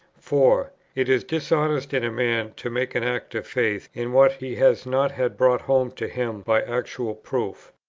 four. it is dishonest in a man to make an act of faith in what he has not had brought home to him by actual proof.